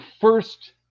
first